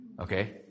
Okay